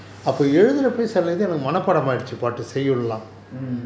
mm